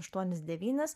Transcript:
aštuonis devynis